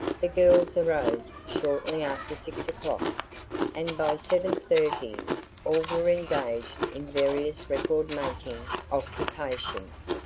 the girls arose shortly after six o'clock and by seven thirty all were engaged in various record-making occupations,